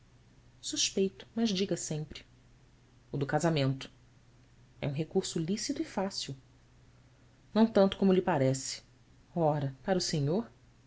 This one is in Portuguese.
suspeito mas diga sempre do casamento é um recurso lícito e fácil ão tanto como lhe parece ra ara o senhor